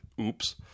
Oops